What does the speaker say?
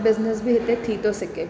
business बि हिते थी थो सघे